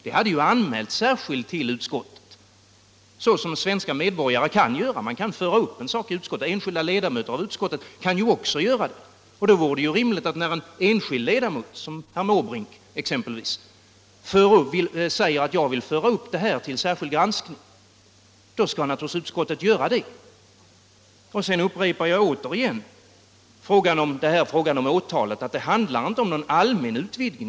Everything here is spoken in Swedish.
Det hade alltså, som svenska medborgare kan göra, anmälts av en person särskilt till utskottet. Också enskilda ledamöter i utskottet kan ta upp ett ärende direkt där. När en enskild ledamot, som exempelvis herr Måbrink, vill föra upp ett ärende till särskild granskning är det därför rimligt att utskottet tillgodoser hans begäran. Beträffande åtalsfrågan upprepar jag åter att det inte handlar om någon allmän utvidgning.